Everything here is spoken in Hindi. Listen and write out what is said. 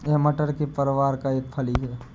यह मटर के परिवार का एक फली है